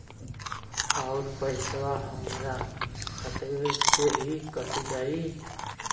अउर पइसवा हमरा खतवे से ही कट जाई?